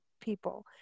people